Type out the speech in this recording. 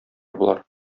болар